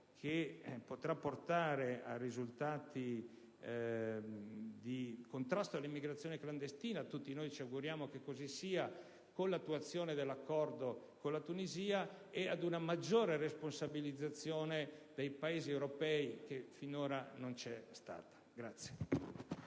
che potrà portare a risultati di contrasto all'immigrazione clandestina, come tutti ci auguriamo che avvenga con l'attuazione dell'accordo con la Tunisia, e a una maggiore responsabilizzazione dei Paesi europei, che finora non c'è stata.